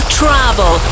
travel